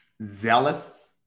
Zealous